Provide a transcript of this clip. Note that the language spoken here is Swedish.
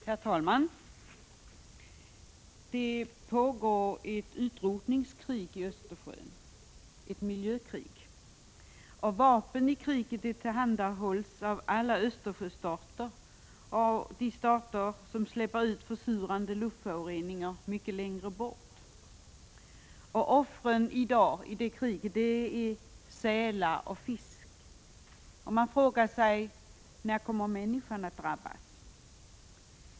Herr talman! Det pågår ett utrotningskrig i Östersjön, ett miljökrig. Vapnen i kriget tillhandahålls av alla Östersjöstater och av de stater som släpper ut försurande luftföroreningar mycket längre bort. Offren i dag i det 67 Prot. 1985/86:140 = kriget är sälar och fisk. Man frågar sig: När kommer människan att drabbas?